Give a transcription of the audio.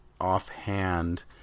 offhand